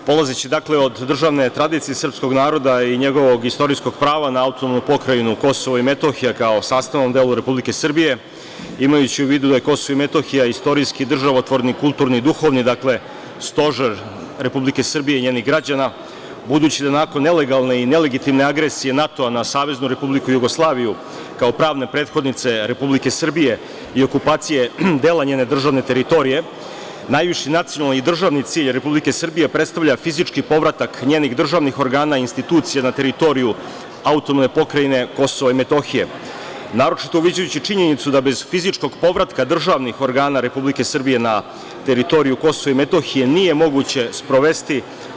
Polazeći, dakle od državne tradicije srpskog naroda i njegovog istorijskog prava na AP Kosovo i Metohija kao sastavnom delu Republike Srbije, imajući u vidu da je Kosovo i Metohija istorijski državotvorno i kulturno i duhovno, dakle stožer Republike Srbije i građana, budući da nakon nelegalne i nelegitimne agresije NATO na Saveznu Republiku Jugoslaviju, kao pravne prethodnice Republike Srbije i okupacije dela njene državne teritorije, najviši nacionalni i državni cilj Republike Srbije predstavlja fizički povratak njenih državnih organa i institucija na teritoriju AP Kosova i Metohije, naročito uviđajući činjenicu bez fizičkog povratka državnih organa Republike Srbije na teritoriju Kosova i Metohije nije moguće sprovesti.